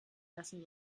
lassen